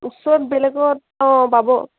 ওচৰত বেলেগত অঁ পাব